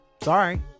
Sorry